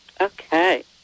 Okay